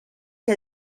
que